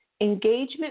Engagement